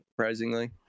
Surprisingly